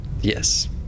Yes